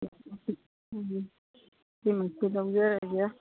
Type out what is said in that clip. ꯁꯤꯃꯁꯨ ꯂꯧꯖꯔꯒꯦ